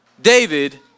David